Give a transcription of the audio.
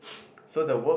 so the work